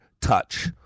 touch